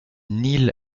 neil